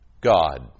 God